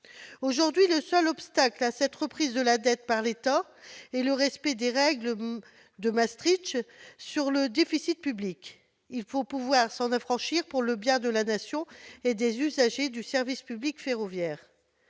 Le seul obstacle à la reprise de la dette par l'État est le respect des règles de Maastricht concernant le déficit public. Il faut pourtant pouvoir s'en affranchir pour le bien de la Nation et des usagers du service public ferroviaire.